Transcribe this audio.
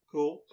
Cool